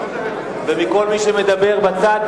ומכל מי שמדבר בצד,